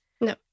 No